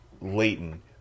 Leighton